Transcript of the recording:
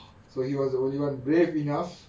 so he was the only one brave enough